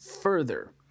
further